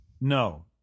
No